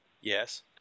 Yes